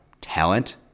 talent